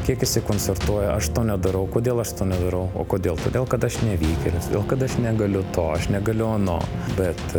kiek jisai koncertuoja aš to nedarau kodėl aš to nedarau o kodėl todėl kad aš nevykėlis todėl kad aš negaliu to aš negaliu ano bet